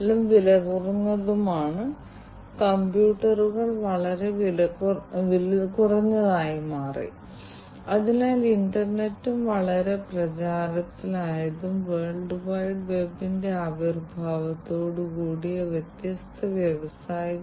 അതിനാൽ നിലവിലുള്ള സാങ്കേതികവിദ്യ ഉപയോഗിച്ച് പരമ്പരാഗത സാങ്കേതികവിദ്യ അത് ബുദ്ധിമുട്ടാണ് കാരണം പരമ്പരാഗതമായി സംഭവിക്കേണ്ടത് ഡോക്ടർമാരും നഴ്സുമാരും അല്ലെങ്കിൽ മറ്റ് ആരോഗ്യപരിപാലന വിദഗ്ധരും ആണ് ഞങ്ങൾ ഇടയ്ക്കിടെ രോഗിയെ സന്ദർശിക്കേണ്ടിവരും